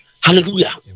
Hallelujah